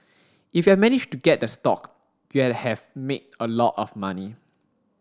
if you'd managed to get the stock you'd have made a lot of money